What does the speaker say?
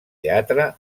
teatre